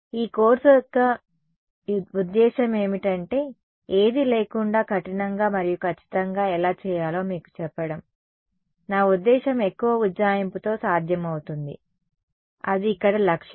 ఈ కోర్సు యొక్క ఉద్దేశ్యం ఏమిటంటే ఏదీ లేకుండా కఠినంగా మరియు ఖచ్చితంగా ఎలా చేయాలో మీకు చెప్పడం నా ఉద్దేశ్యం తక్కువ ఉజ్జాయింపుతో సాధ్యమవుతుంది అది ఇక్కడ లక్ష్యం